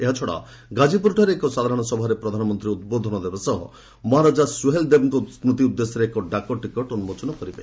ଏହାଛଡ଼ା ଘାକ୍ଟିପୁରଠାରେ ଏକ ସାଧାରଣ ସଭାରେ ପ୍ରଧାନମନ୍ତ୍ରୀ ଉଦ୍ବୋଧନ ଦେବା ସହ ମହାରାଜା ସୁହେଲ୍ ଦେବଙ୍କ ସ୍କୁତି ଉଦ୍ଦେଶ୍ୟରେ ଏକ ଡାକ ଟିକଟ୍ ଉନ୍ଜୋଚନ କରିବେ